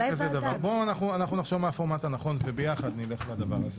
כזה דבר: בואו נחשוב מה הפורמט הנכון וביחד נלך לדבר הזה.